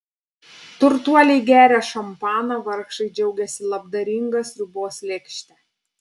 turtuoliai geria šampaną vargšai džiaugiasi labdaringa sriubos lėkšte